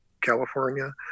California